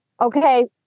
okay